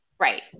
Right